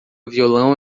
violão